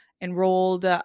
enrolled –